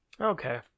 Okay